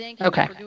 Okay